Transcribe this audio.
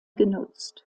genutzt